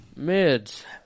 Mids